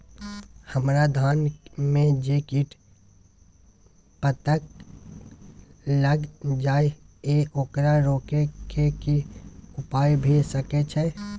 हमरा धान में जे कीट पतंग लैग जाय ये ओकरा रोके के कि उपाय भी सके छै?